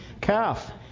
calf